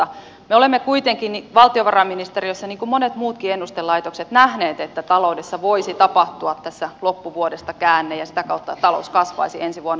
me olemme kuitenkin valtiovarainministeriössä niin kuin ovat monet muutkin ennustelaitokset nähneet että taloudessa voisi tapahtua tässä loppuvuodesta käänne ja sitä kautta talous kasvaisi ensi vuonna